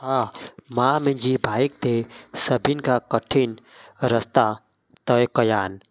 हा मां मुंहिंजी बाईक ते सभिनि खां कठिन रस्ता तइ कयां आहिनि